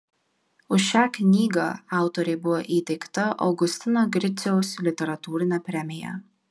už šią knygą autorei buvo įteikta augustino griciaus literatūrinė premija